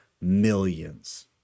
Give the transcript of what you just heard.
millions